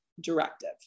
directive